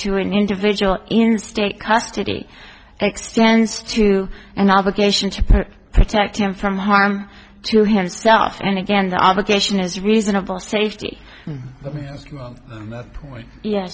to an individual in state custody extends to an obligation to protect him from harm to himself and again the obligation is reasonable safety